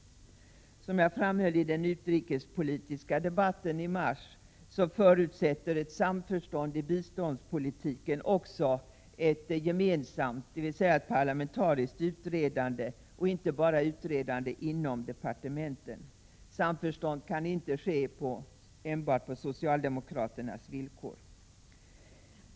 Som jag framhöll i den utrikespolitiska debatten i mars förutsätter ett samförstånd i biståndspolitiken också ett gemensamt, dvs. parlamentariskt, utredande och inte bara utredande inom departementen. Samförstånd kan inte ske enbart på socialdemokraternas villkor.